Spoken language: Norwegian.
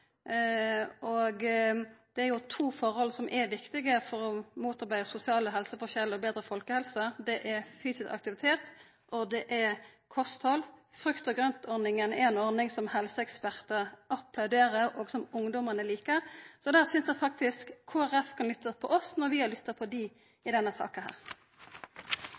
Det er to forhold som er viktig når det gjeld å motarbeida sosiale helseforskjellar og å betre folkehelsa, og det er fysisk aktivitet og kosthald. Frukt- og grøntordninga er ei ordning som helseekspertar applauderer, og som ungdommane likar. Så der synest eg faktisk at Kristeleg Folkeparti kan lytta til oss – når vi har lytta til dei i denne saka.